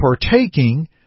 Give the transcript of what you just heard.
partaking